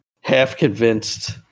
half-convinced